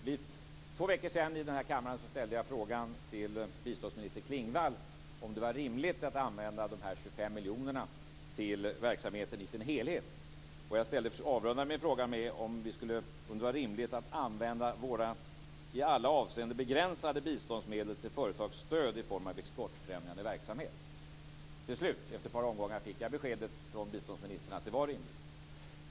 För två veckor sedan ställde jag i den här kammaren frågan till biståndsminister Klingvall om det var rimligt att använda de här 25 miljonerna till verksamheten i sin helhet. Jag avrundade min fråga med om det var rimligt att använda våra i alla avseenden begränsade biståndsmedel till företagsstöd i form av exportfrämjande verksamhet. Till slut, efter ett par omgångar, fick jag beskedet från biståndsministern att det var rimligt.